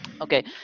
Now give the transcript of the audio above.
okay